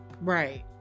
Right